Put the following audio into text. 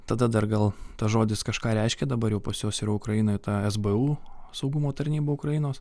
tada dar gal tas žodis kažką reiškė dabar jau pas juos yra ukrainoje ta sbu saugumo tarnybų ukrainos